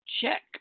Check